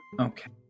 Okay